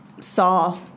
saw